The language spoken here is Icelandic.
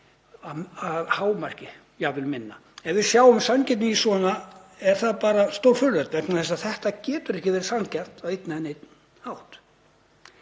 að hámarki, jafnvel minna. Ef við sjáum sanngirni í svona er það bara stórfurðulegt vegna þess að þetta getur ekki verið sanngjarnt á einn eða neinn hátt.